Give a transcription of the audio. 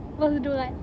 balls to do what